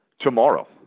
tomorrow